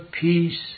peace